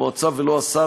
המועצה ולא השר,